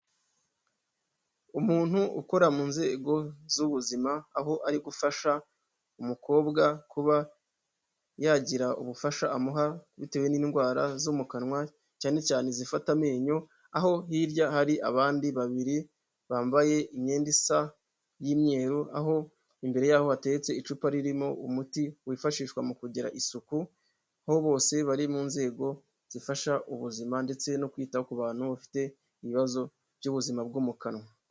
Umuntu ukora mu nzego z'ubuzima aho ari gufasha umukobwa kuba yagira ubufasha amuha bitewe n'indwara zo mu kanwa, cyane cyane zifata amenyo. Aho hirya har’abandi babiri bambaye imyenda isa y'imyeru, aho imbere yaho hateretse icupa ririmo umuti wifashishwa mu kugira isuku. Aho bose bari mu nzego zifasha ubuzima ndetse no kwita ku bantu bafite ibibazo by'ubuzima bwo mu kanwa.